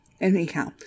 anyhow